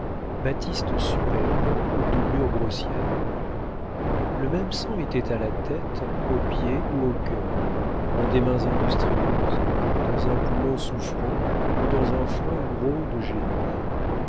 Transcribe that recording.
batiste superbe ou doublure grossière le même sang était à la tête aux pieds ou au cœur en des mains industrieuses dans un poumon souffrant ou dans un front gros de génie